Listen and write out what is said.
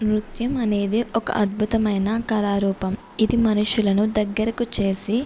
నృత్యం అనేది ఒక అద్భుతమైన కళారూపం ఇది మనుషులను దగ్గరకు చేసి